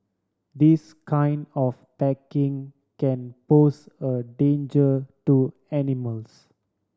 this kind of packaging can pose a danger to animals